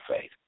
faith